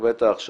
מקבל את ההכשרה,